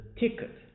ticket